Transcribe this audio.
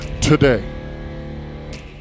today